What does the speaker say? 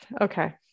Okay